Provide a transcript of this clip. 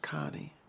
Connie